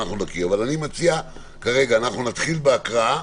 אני מציע כרגע נתחיל בהקראה.